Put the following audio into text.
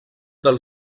del